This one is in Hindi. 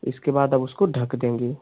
इसके बाद अब उसको ढक देंगे